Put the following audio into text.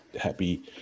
happy